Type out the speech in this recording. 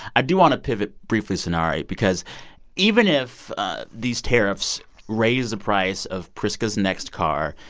i do want to pivot briefly, sonari, because even if these tariffs raised the price of priska's next car,